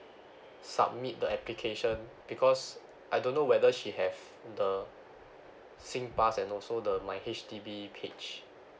submit the application because I don't know whether she have the singpass and also the my H_D_B page